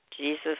Jesus